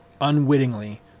unwittingly